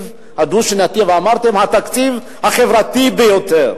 הדו-שנתי והתהדרתם: התקציב החברתי ביותר.